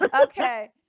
Okay